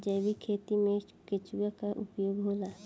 जैविक खेती मे केचुआ का उपयोग होला?